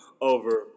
over